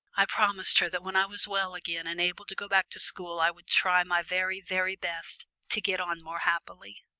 i promised her that when i was well again and able to go back to school i would try my very, very best to get on more happily.